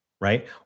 Right